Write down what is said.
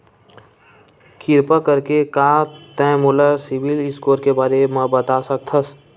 किरपा करके का तै मोला सीबिल स्कोर के बारे माँ बता सकथस?